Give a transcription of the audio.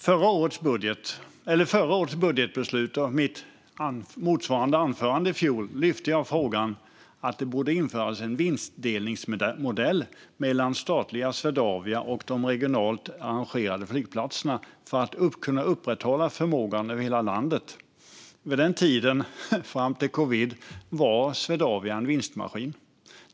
Fru talman! I mitt motsvarande anförande i fjol lyfte jag frågan om att det borde införas en vinstdelningsmodell mellan statliga Swedavia och de regionalt arrangerade flygplatserna för att man ska kunna upprätthålla förmågan över hela landet. Vid den tiden och fram till covid var Swedavia en vinstmaskin.